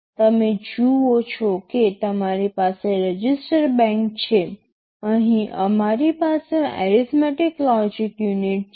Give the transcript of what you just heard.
તમે જુઓ છો કે તમારી પાસે રજિસ્ટર બેંક છે અહીં અમારી પાસે એરિથમેટિક લોજિક યુનિટ છે